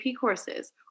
courses